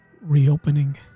reopening